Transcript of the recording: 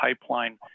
pipeline